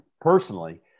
personally